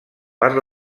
per